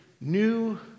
new